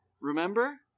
Remember